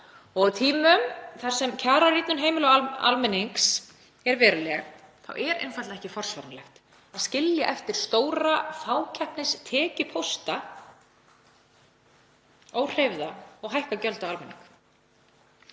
Á tímum þar sem kjararýrnun heimila og almennings er veruleg er einfaldlega ekki forsvaranlegt að skilja eftir stóra fákeppnistekjupósta óhreyfða og hækka gjöld á almenning.